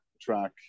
track